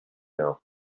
now